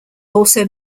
also